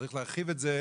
צריך להרחיב את זה,